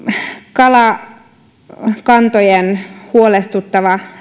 kalakantojen huolestuttava